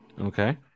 Okay